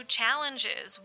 challenges